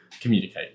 communicate